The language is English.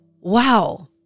wow